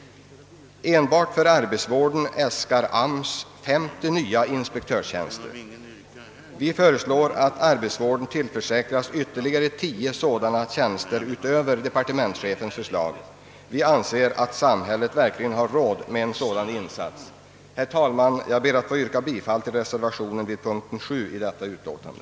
Enbart för arbetsvården äskar arbetsmarknadsstyrelsen 50 nya instruktörstjänster. Vi föreslår att arbetsvården tillförsäkras 10 sådana tjänster utöver vad departementschefen föreslagit. Vi anser att samhället verkligen har råd med en sådan insats. Herr talman! Jag ber att få yrka bifall till reservationen 1 a vid punkten 7 i detta utlåtande.